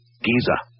Giza